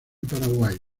paraguay